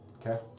Okay